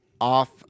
off